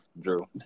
Drew